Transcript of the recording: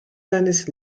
seines